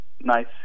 nice